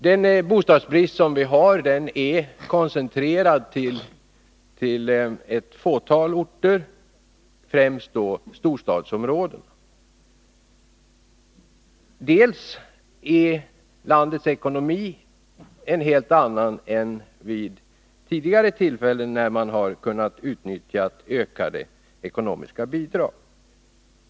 Den bostadsbrist vi har är koncentrerad till ett fåtal orter, främst då storstadsområdena. Dels är landets ekonomi en helt annan än vid tidigare tillfällen när man har kunnat utnyttja ökade ekonomiska bidrag.